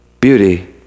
Beauty